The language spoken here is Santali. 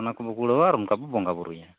ᱚᱱᱟᱠᱚᱵᱚ ᱠᱩᱲᱟᱹᱣᱟ ᱟᱨ ᱚᱱᱠᱟᱵᱚ ᱵᱚᱸᱜᱟ ᱵᱩᱨᱩᱭᱟ